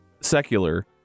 secular